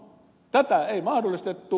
tätä ei mahdollistettu